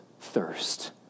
thirst